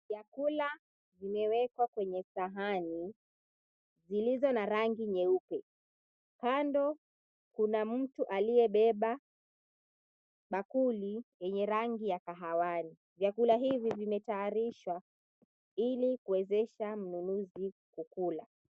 Vyakula vimewekwa kwenye sahani zilizo na rangi nyeupe. Kando kuna mtu aliyebeba bakuli yenye rangi ya kahawani. Vyakula hivi vimetayarishwa kuwezesha mnunuzi kukula.